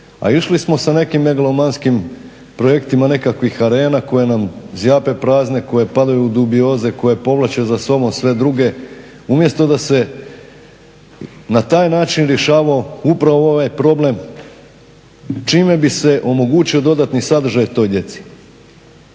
a išli sa nekim megalomanskim projektima nekakvih arena koje nam zjape prazne, koje padaju u dubioze, koje povlače za sobom sve druge, umjesto da se na taj način rješavao upravo ovaj problem, čime bi se omogućio dodatni sadržaj toj djeci.